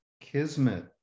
kismet